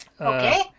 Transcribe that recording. okay